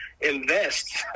invest